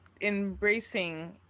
Embracing